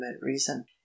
reason